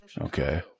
Okay